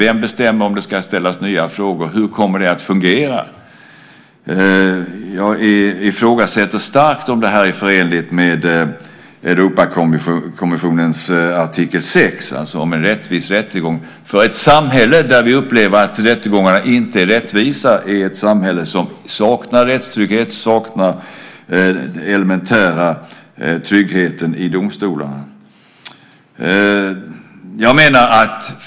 Vem bestämmer om det ska ställas nya frågor? Hur kommer det att fungera? Jag ifrågasätter starkt om detta är förenligt med Europakommissionens artikel 6 om en rättvis rättegång. Ett samhälle där vi upplever att rättegångarna inte är rättvisa är ett samhälle som saknar rättstrygghet, som saknar den elementära tryggheten i domstolarna.